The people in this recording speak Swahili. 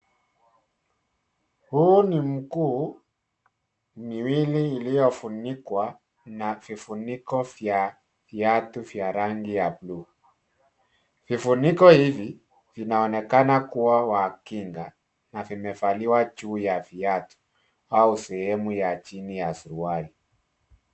Huu ni mguu miwili iliyo funikwa na vifuniko vya viatu vya rangi ya bluu. Vifuniko hivi vinaonekana kuwa wa kinga na vimevaliwa juu ya viatu au sehemu ya chini ya suruali.